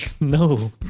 No